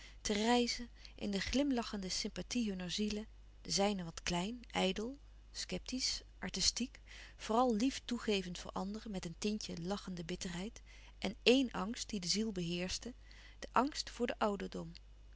te reizen in de glimlachende sympathie hunner zielen de zijne wat klein ijdel sceptiesch artistiek vooral lief toegevend voor anderen met een tintje lachende bitterheid en éen angst die die ziel beheerschte de angst voor den ouderdom